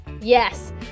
yes